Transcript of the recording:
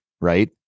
Right